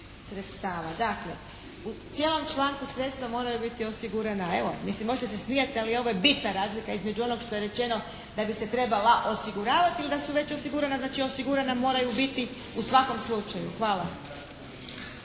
sredstava. Dakle, u cijelom članku sredstva moraju biti osigurana evo, možete se smijati ali ovo je bitna razlika između onog što je rečeno, da bi se trebala osiguravati ili da su već osigurana znači osigurana moraju biti u svakom slučaju. Hvala.